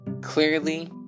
clearly